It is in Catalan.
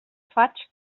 faig